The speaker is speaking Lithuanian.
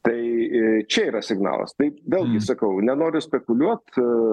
tai čia yra signalas tai vėlgi sakau nenoriu spekuliuot